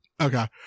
Okay